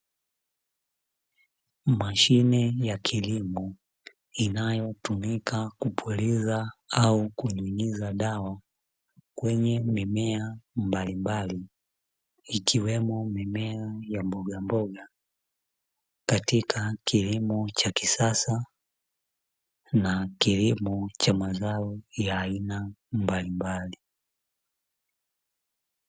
Mashine ya kilimo inayotumika kupuliza au kunyunyiza dawa kwenye mimea mbalimbali, ikiwemo mimea ya mbogamboga; katika kilimo cha kisasa na kilimo cha mazao ya aina mbalimbali.